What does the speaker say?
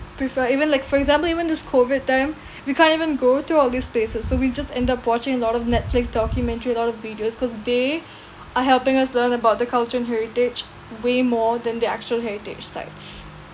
prefer even like for example even this COVID time we can't even go to all these places so we just end up watching a lot of netflix documentary a lot of videos cause they are helping us learn about their culture and heritage way more than the actual heritage sites